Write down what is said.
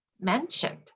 mentioned